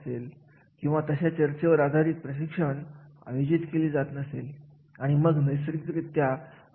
आणि यासाठी इथे वेगवेगळ्या पद्धती वापरल्या जातील जसे की नोंदवही ठेवण्यात येईल मनुष्यबळ माहितीपुस्तिका असेल मूल्यांकनाचे अहवाल असतील